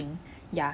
~thing ya